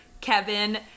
Kevin